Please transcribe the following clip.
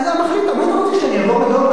מה אתה רוצה, שאני אעבור לדום?